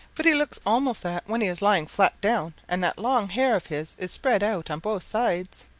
but he looks almost that when he is lying flat down and that long hair of his is spread out on both sides.